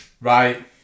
Right